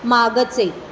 मागचे